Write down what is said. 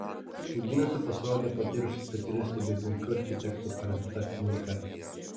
knygynuose pasirodė patyrusių specialistų bei puikių architektų parengta knyga